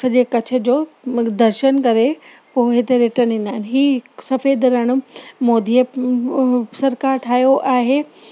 सॼे कच्छ जो मग दर्शन करे पोइ हिते रिटर्न ईंदा आहिनि हीउ सफ़ेद रणु मोदीअ सरकार ठाहियो आहे